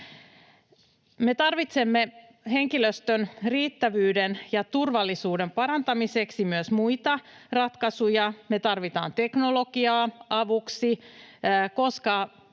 Me tarvitsemme henkilöstön riittävyyden ja turvallisuuden parantamiseksi myös muita ratkaisuja. Me tarvitsemme teknologiaa avuksi, koska